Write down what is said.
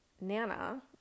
nana